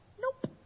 Nope